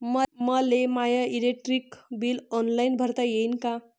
मले my electric bill online भरता येईन का?